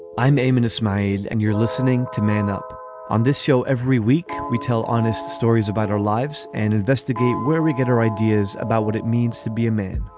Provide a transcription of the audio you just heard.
i'm aiming a smile and you're listening to man up on this show every week we tell honest stories about our lives and investigate where we get our ideas about what it means to be a man